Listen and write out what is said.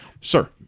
Sir